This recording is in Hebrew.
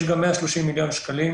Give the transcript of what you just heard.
יש גם 130 מיליון שקלים,